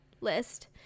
list